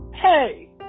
Hey